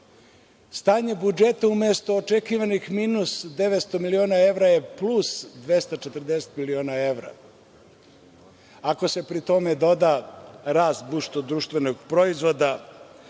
stanje budžeta umesto očekivanih minus 900 miliona evra je plus 240 miliona evra. Ako se pri tome doda rast BDP, ako se pri tome